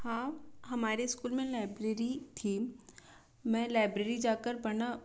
हाँ हमारे स्कूल में लाइब्रेरी थी मैं लाइब्रेरी जा कर पढ़ना